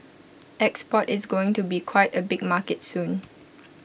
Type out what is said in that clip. export is going to be quite A big market soon